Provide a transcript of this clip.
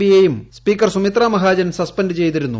പിയേയും speaker Sumitra Mahajan suspend ചെയ്തിരുന്നു